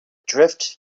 drift